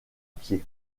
pied